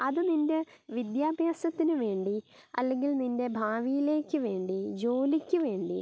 അത് നിൻ്റെ വിദ്യാഭ്യാസത്തിന് വേണ്ടി അല്ലെങ്കിൽ നിൻ്റെ ഭാവിയിലേക്ക് വേണ്ടി ജോലിക്ക് വേണ്ടി